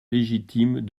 légitimes